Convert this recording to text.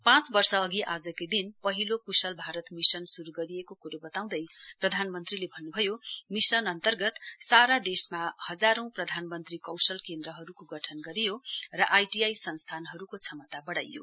पाँच वर्ष आजकै दिन पहिलो कुशल भारत मिशन शुरू गरिएको कुरो बताउँदै प्रधानमन्त्रीले भन्नुभयो मिशन अन्तर्गत सारा देशमा हजारौं प्रधानमन्त्री कौशल केन्द्रहरूको गठन गरियो र आईटीआई संस्थानहरूको क्षमता बढ़ाइयो